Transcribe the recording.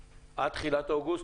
הוועדה,